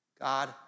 God